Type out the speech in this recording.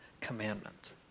Commandment